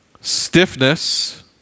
stiffness